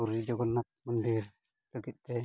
ᱯᱩᱨᱤ ᱡᱚᱜᱚᱱᱱᱟᱛᱷ ᱢᱚᱱᱫᱤᱨ ᱞᱟᱹᱜᱤᱫᱛᱮ